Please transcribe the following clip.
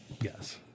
Yes